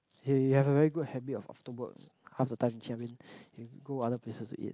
you you have a very good habit of after work half the time you go other places to eat